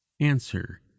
Answer